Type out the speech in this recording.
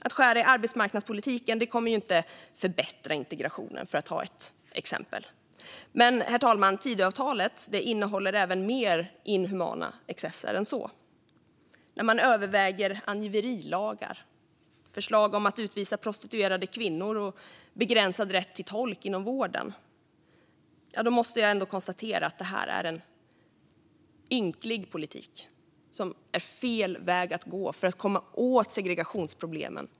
Att skära i arbetsmarknadspolitiken kommer inte att förbättra integrationen, för att ta ett exempel. Herr talman! Tidöavtalet innehåller även en del inhumana excesser såsom förslag om angiverilag, utvisning av prostituerade kvinnor och begränsad rätt till tolk inom vården. Det är bara att konstatera att det här är en ynklig politik och fel väg att gå för att på riktigt komma åt segregationsproblemen.